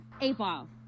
A-ball